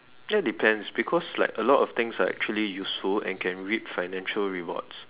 ya depends because like a lot of things are actually useful and can reap finical rewards